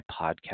podcast